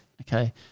Okay